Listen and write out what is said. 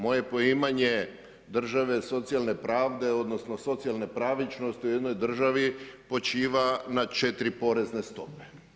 Moje poimanje države, socijalne pravde, odnosno socijalne pravičnosti u jednoj državi počiva na 4 porezne stope.